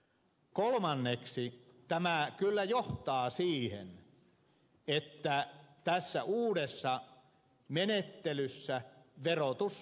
kolmanneksi tämä kyllä johtaa siihen että tässä uudessa menettelyssä verotus kiristyy